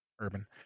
Urban